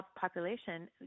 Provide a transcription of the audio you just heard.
population